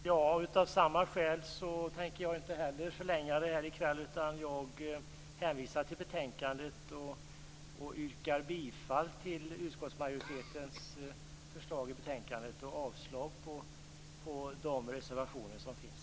Fru talman! Av samma skäl tänker inte heller jag förlänga debatten i kväll. Jag hänvisar till betänkandet och yrkar bifall till utskottsmajoritetens hemställan i betänkandet och avslag på de reservationer som finns.